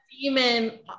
demon